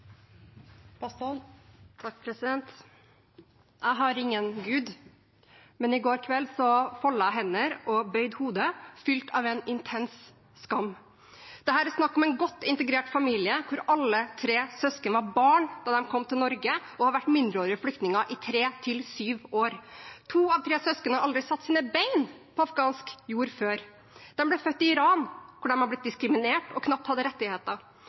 Jeg har ingen gud. Men i går kveld foldet jeg hender og bøyde hodet, fylt av en intens skam. Dette er snakk om en godt integrert familie, der alle tre søsken var barn da de kom til Norge, og har vært mindreårige flyktninger i tre til sju år. To av tre søsken har aldri satt sine bein på afghansk jord før. De ble født i Iran, hvor de er blitt diskriminert og knapt hadde rettigheter.